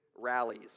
Rallies